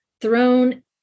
throne